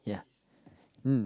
yeah mm